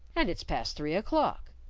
and it's past three o'clock.